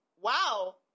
wow